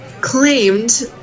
claimed